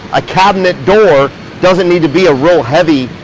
a cabinet door doesn't need to be a real heavy,